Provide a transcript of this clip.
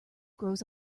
grows